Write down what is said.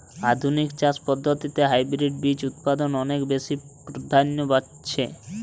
আধুনিক চাষ পদ্ধতিতে হাইব্রিড বীজ উৎপাদন অনেক বেশী প্রাধান্য পাচ্ছে